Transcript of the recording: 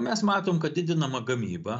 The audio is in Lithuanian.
mes matom kad didinama gamyba